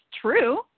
true